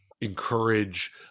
encourage